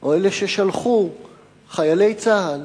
או אלה ששלחו חיילי צה"ל